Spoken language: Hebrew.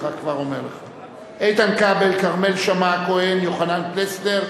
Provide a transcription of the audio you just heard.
איתן כבל, כרמל שאמה-הכהן, יוחנן פלסנר,